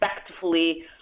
respectfully